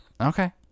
okay